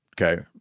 Okay